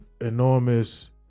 enormous